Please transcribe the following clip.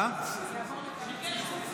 (תיקוני חקיקה),